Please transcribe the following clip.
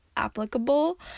applicable